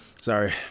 sorry